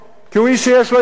הוא איש שיש לו בידיים.